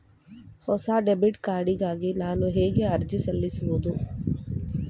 ಹೊಸ debit card ಗಾಗಿ ನಾನು ಹೇಗೆ ಅರ್ಜಿ ಸಲ್ಲಿಸುವುದು?